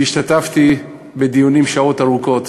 שהשתתפתי שעות ארוכות